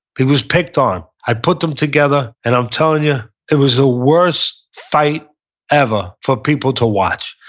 he was picked on. i put them together, and i'm telling you, it was the worst fight ever for people to watch.